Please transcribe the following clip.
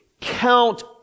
count